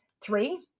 Three